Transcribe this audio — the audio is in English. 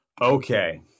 Okay